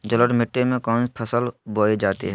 जलोढ़ मिट्टी में कौन फसल बोई जाती हैं?